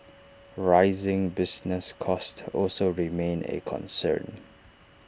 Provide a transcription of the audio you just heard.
rising business costs also remain A concern